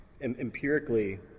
empirically